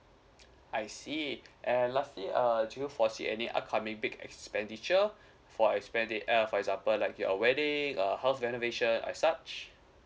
I see err lastly err do you foresee any upcoming big expenditure for expendi~ uh for example like a wedding uh house renovation and such